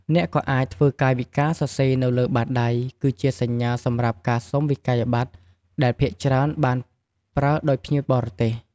អ្នកក៏អាចធ្វើកាយវិការសរសេរនៅលើបាតដៃ គឺជាសញ្ញាសម្រាប់ការសុំវិក្កយបត្រដែលភាគច្រើនបានប្រើដោយភ្ញៀវបរទេស។